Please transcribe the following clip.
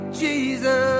Jesus